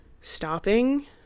stopping